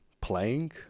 playing